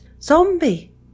Zombie